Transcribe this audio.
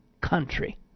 country